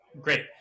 great